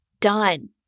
done